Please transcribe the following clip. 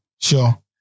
sure